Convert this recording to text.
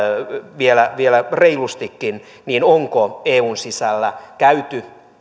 vielä vielä reilustikin niin onko eun sisällä käyty